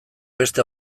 beste